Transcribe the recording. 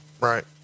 right